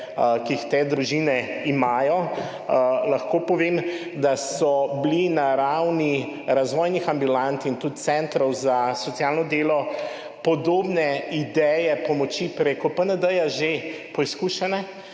ki jih te družine imajo. Lahko povem, da so bile na ravni razvojnih ambulant in tudi centrov za socialno delo podobne ideje pomoči prek PND že preizkušene,